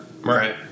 right